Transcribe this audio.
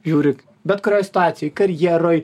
žiūri bet kurioj situacijoj karjeroj